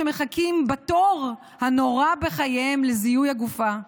שמחכים בתור הנורא בחייהם לזיהוי הגופה,